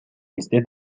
бизде